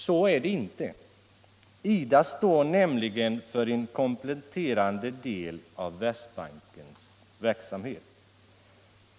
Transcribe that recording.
Så är det inte. IDA står nämligen för en kompletterande del av Världsbankens verksamhet.